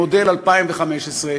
מודל 2015,